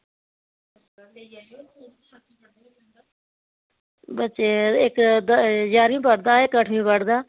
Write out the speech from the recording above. बच्चे इक ग्यारमीं पढ़दा इक अठमीं पढ़दा